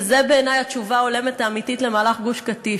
וזה בעיני התשובה ההולמת האמיתית למהלך גוש-קטיף: